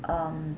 um